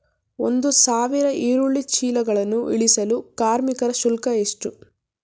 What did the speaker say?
ಒಂದು ಸಾವಿರ ಈರುಳ್ಳಿ ಚೀಲಗಳನ್ನು ಇಳಿಸಲು ಕಾರ್ಮಿಕರ ಶುಲ್ಕ ಎಷ್ಟು?